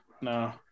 No